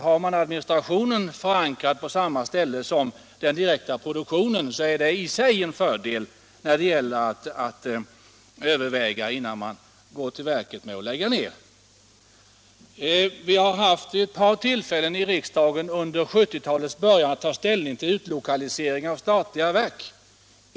Har man administrationen förankrad på samma ställe som den direkta produktionen är det i sig en fördel, när det gäller att överväga problemen, innan man går till verket med att lägga ner. Vi har i riksdagen vid ett par tillfällen under 1970-talets början haft att ta ställning till utlokalisering av statliga verk.